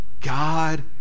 God